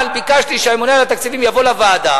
אבל ביקשתי שהממונה על התקציבים יבוא לוועדה